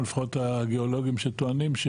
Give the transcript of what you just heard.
לפחות הגיאולוגים שטוענים,